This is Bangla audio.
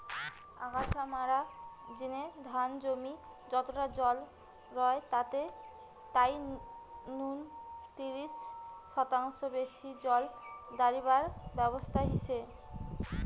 আগাছা মারার জিনে ধান জমি যতটা জল রয় তাই নু তিরিশ শতাংশ বেশি জল দাড়িবার ব্যবস্থা হিচে